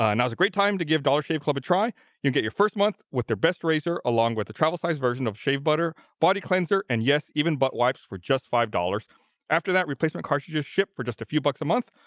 now's a great time to give dollar shave club a try you'll get your first month with their best racer along with the travel sized version of shave butter body cleanser and yes even butt wipes for just five dollars after that replacement car she just ship for just a few bucks a month.